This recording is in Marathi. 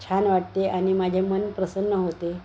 छान वाटते आणि माझे मन प्रसन्न होते